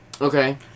Okay